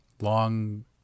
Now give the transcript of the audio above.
long